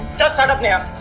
just shut up, neha.